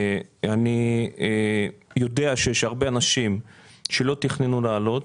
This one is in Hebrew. אני יודע שיש הרבה אנשים שלא תכננו לעלות.